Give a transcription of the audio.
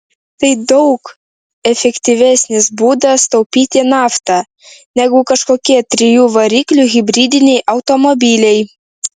tai daug efektyvesnis būdas taupyti naftą negu kažkokie trijų variklių hibridiniai automobiliai